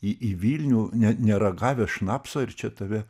į į vilnių ne neragavę šnapso ir čia tave